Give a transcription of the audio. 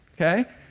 okay